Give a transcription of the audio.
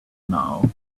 now